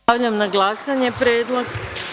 Stavljam na glasanje predlog.